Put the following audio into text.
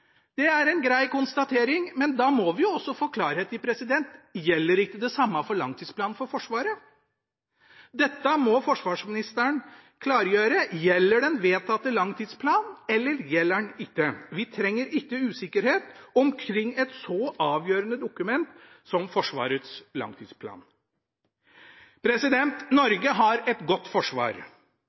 Det er en grei konstatering, men da må vi jo også få klarhet i: Gjelder ikke det samme for langtidsplanen for Forsvaret? Dette må forsvarsministeren klargjøre. Gjelder den vedtatte langtidsplanen, eller gjelder den ikke? Vi trenger ikke usikkerhet omkring et så avgjørende dokument som Forsvarets langtidsplan. Norge har et godt forsvar.